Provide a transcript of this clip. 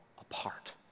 apart